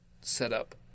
setup